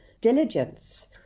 diligence